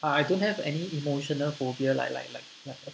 uh I don't have any emotional phobia like like like like